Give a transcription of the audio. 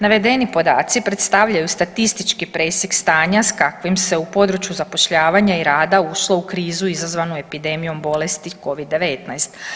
Navedeni podaci predstavljaju statistički presjek stanja sa kakvim se u području zapošljavanja i rada ušlo u krizu izazvanu epidemijom bolesti covid-19.